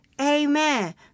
Amen